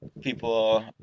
People